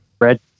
red